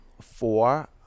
Four